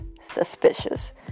suspicious